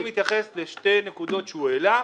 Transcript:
אני מתייחס לשתי נקודות שהוא העלה.